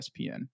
ESPN